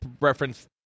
reference